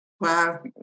Wow